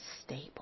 stable